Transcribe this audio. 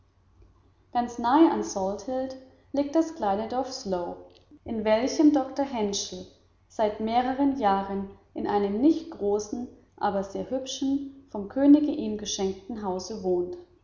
ganz nahe an salthill liegt das kleine dorf slough in welchem doktor herschel seit mehreren jahren in einem nicht großen aber sehr hübschen vom könige ihm geschenkten hause wohnt